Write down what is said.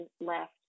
left